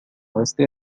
restés